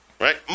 Right